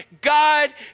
God